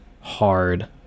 hard